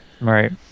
Right